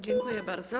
Dziękuję bardzo.